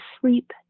sleep